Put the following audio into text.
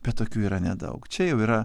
bet tokių yra nedaug čia jau yra